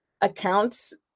accounts